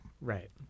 Right